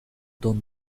don